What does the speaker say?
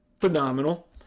Phenomenal